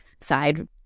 side